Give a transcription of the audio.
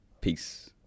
Peace